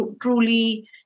truly